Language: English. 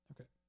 Okay